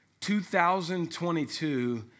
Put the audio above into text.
2022